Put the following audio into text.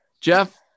Jeff